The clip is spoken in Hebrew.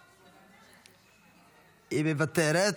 מוותרת,